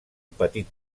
petit